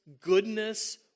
goodness